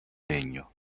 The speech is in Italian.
legno